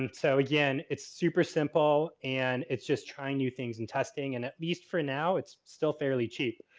and so again, it's super simple. and it's just trying new things and testing. and at least for now it's still fairly cheap.